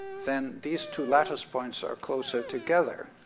then these two lattice points are closer together.